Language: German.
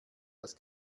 das